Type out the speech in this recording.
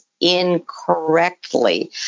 incorrectly